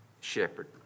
shepherd